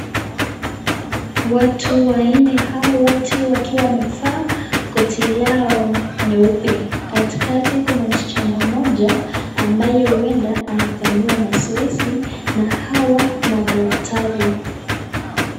Watu wanne hao wote wakiwa wamevaa koti lao nyeupe. Katikati kuna msichana moja ambaye huenda anafanyiwa mazoezi na hawa madaktari.